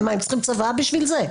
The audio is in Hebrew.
מה, הם צריכים צוואה בשביל זה?